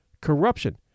corruption